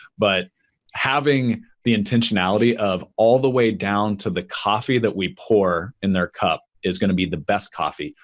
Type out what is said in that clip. but having the intentionality of all the way down to the coffee that we pour in their cup is going to be the best coffee,